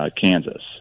Kansas